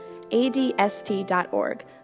ADST.org